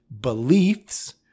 beliefs